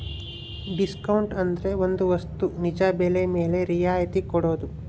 discount ಅಂದ್ರೆ ಒಂದ್ ವಸ್ತು ನಿಜ ಬೆಲೆ ಮೇಲೆ ರಿಯಾಯತಿ ಕೊಡೋದು